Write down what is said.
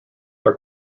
are